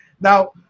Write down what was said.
Now